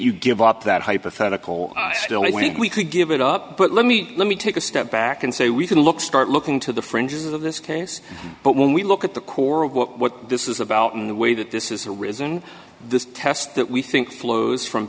you give up that hypothetical we could give it up but let me let me take a step back and say we can look start looking to the fringes of this case but when we look at the core of what this is about and the way that this is the reason this test that we think flows from